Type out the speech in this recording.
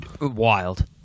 wild